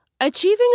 Achieving